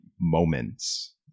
moments